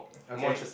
okay